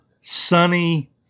sunny